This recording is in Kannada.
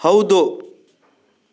ಹೌದು